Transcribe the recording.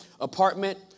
apartment